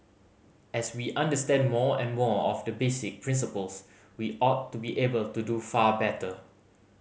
as we understand more and more of the basic principles we ought to be able to do far better